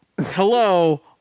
hello